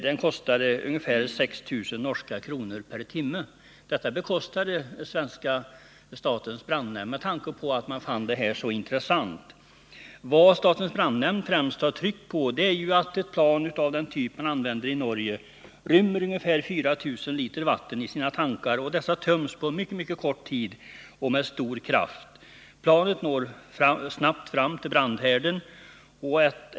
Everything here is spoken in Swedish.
Den kostade ungefär 6 000 norska kronor per timme, men denna demonstration bekostade alltså statens brandnämnd därför att den fann detta plan så intressant. Vad statens brandnämnd främst har tryckt på är att tankarna i plan av den typ som används i Norge rymmer ungefär 4 000 liter vatten och att dessa töms på mycket kort tid och med stor kraft. Planet når också snabbt fram till brandhärden.